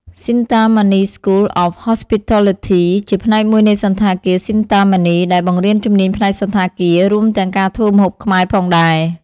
Shinta Mani School of Hospitality ជាផ្នែកមួយនៃសណ្ឋាគារ Shinta Mani ដែលបង្រៀនជំនាញផ្នែកសណ្ឋាគារ រួមទាំងការធ្វើម្ហូបខ្មែរផងដែរ ។